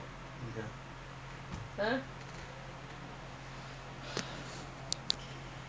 what the government implement the rules please follow sorry ah